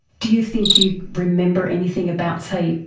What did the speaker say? do you think you remember anything about, say,